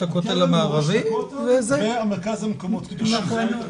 הכותל המערבי והמרכז למקומות קדושים.